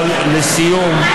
אבל לסיום,